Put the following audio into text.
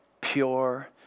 pure